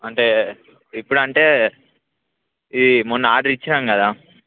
అంటే ఇప్పుడు అంటే ఈ మొన్న ఆర్డర్ ఇచ్చినాము కదా